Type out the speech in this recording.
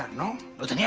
no buts! and yeah